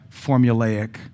formulaic